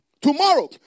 tomorrow